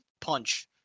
punch